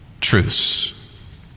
truths